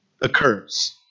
occurs